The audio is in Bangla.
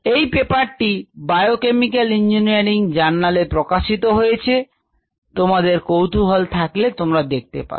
এই পেপারটি বায়োকেমিক্যাল ইঞ্জিনিয়ারিং জার্নালে প্রকাশিত হয়েছে তোমাদের কৌতুহল থাকলে তোমরা দেখতে পারো